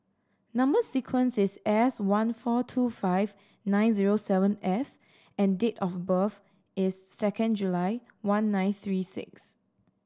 number sequence is S one four two five nine zero seven F and date of birth is second July one nine three six